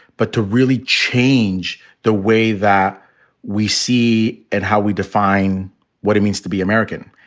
but to really change the way that we see and how we define what it means to be american.